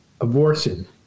abortion